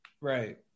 right